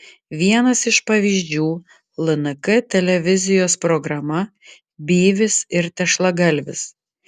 vienas iš pavyzdžių lnk televizijos programa byvis ir tešlagalvis